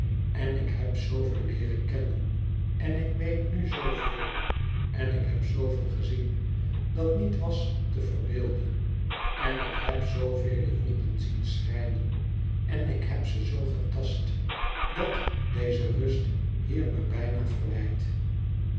en ik heb zooveel leeren kennen en ik weet nu zooveel en ik heb zooveel gezien dat niet was te verbeelden en ik heb zoo vele wonden zien schrijnen en ik heb ze zoo getast dat deze rust hier me bijna verwijt